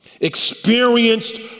experienced